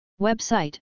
Website